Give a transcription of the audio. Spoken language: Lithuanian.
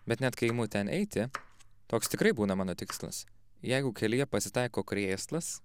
bet net kai imu ten eiti toks tikrai būna mano tikslas jeigu kelyje pasitaiko krėslas